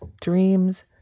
dreams